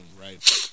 right